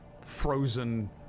frozen